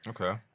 Okay